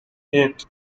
eight